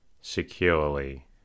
securely